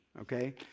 okay